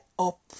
Up